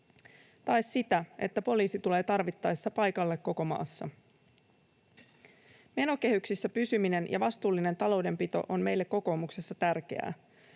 tai sitä, että poliisi tulee tarvittaessa paikalle koko maassa. Menokehyksissä pysyminen ja vastuullinen taloudenpito on meille kokoomuksessa tärkeää.